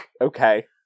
Okay